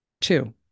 Two